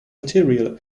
material